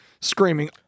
screaming